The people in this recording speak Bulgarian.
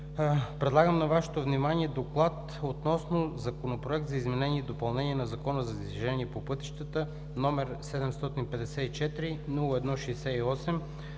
Предлагам на Вашето внимание: „ДОКЛАД относно Законопроект за изменение и допълнение на Закона за движение по пътищата, № 754-01-68,